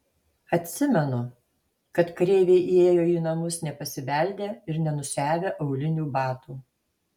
atsimenu kad kareiviai įėjo į namus nepasibeldę ir nenusiavę aulinių batų